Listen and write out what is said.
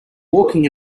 walking